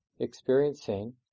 experiencing